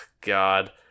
God